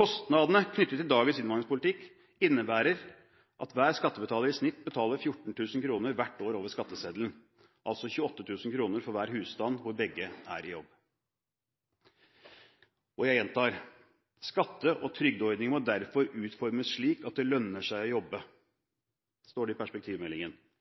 Kostnadene knyttet til dagens innvandringspolitikk innebærer at hver skattebetaler over skatteseddelen i snitt betaler 14 000 kr hvert år, altså 28 000 kr for hver husstand der begge er i jobb. Jeg gjentar det som står i perspektivmeldingen: «Skatte- og trygdeordningene må derfor utformes slik at det lønner seg å jobbe.»